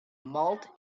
malt